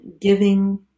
giving